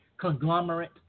conglomerate